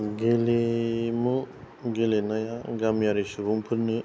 गेलेमु गेलेनाया गामियारि सुबुंफोरनो